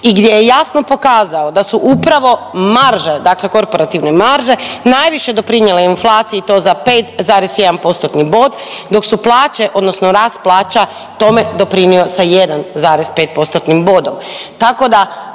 i gdje je jasno pokazao da su upravo marže dakle korporativne marže najviše doprinijele inflaciji i to za 5,1%-tni bod dok su plaće odnosno rast plaće tome doprinio sa 1,5%-tnim